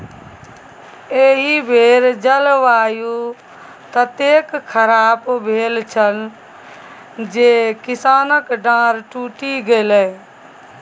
एहि बेर जलवायु ततेक खराप भेल छल जे किसानक डांर टुटि गेलै